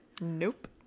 Nope